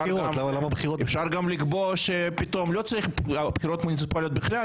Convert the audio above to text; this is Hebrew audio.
אפשר גם לקבוע שלא צריך בחירות מוניציפליות בכלל.